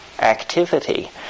activity